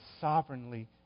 sovereignly